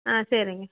ஆ சரிங்க